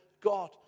God